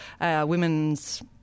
women's